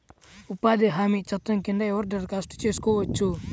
ఉపాధి హామీ చట్టం కింద ఎవరు దరఖాస్తు చేసుకోవచ్చు?